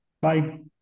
Bye